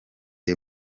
the